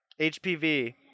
HPV